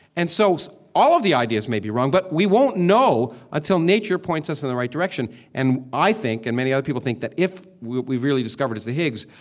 and so so all of the ideas may be wrong. but we won't know until nature points us in the right direction. and i think, and many other people think, that if what we really discovered is the higgs,